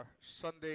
Sunday